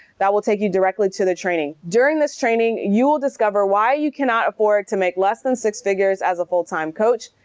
that will take you directly to the training. during this training, you will discover why you cannot afford to make less than six figures as a full time coach,